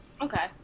Okay